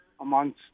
amongst